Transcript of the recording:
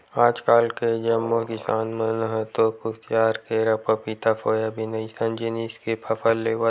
आजकाल के जम्मो किसान मन ह तो खुसियार, केरा, पपिता, सोयाबीन अइसन जिनिस के फसल लेवत हे